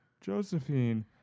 Josephine